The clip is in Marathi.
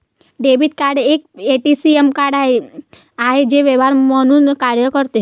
डेबिट कार्ड हे एक ए.टी.एम कार्ड आहे जे व्यवहार म्हणून कार्य करते